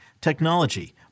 technology